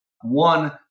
One